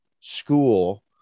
School